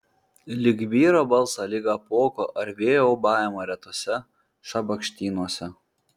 lyg vyro balsą lyg apuoko ar vėjo ūbavimą retuose šabakštynuose